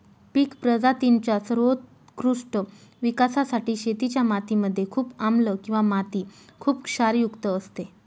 पिक प्रजातींच्या सर्वोत्कृष्ट विकासासाठी शेतीच्या माती मध्ये खूप आम्लं किंवा माती खुप क्षारयुक्त असते